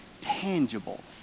tangible